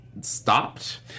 stopped